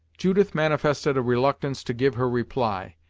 judith manifested a reluctance to give her reply,